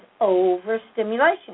overstimulation